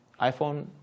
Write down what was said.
iphone